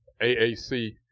AAC